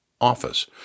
office